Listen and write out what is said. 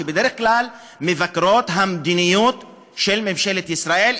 שבדרך כלל מבקרות את המדיניות של ממשלת ישראל,